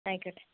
ആയിക്കോട്ടെ